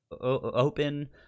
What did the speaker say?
open